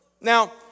Now